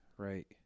right